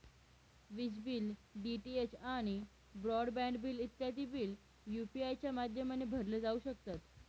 विज bill, DTH आणि broadband bill इत्यादी बिल यू.पी.आय च्या माध्यमाने भरले जाऊ शकतात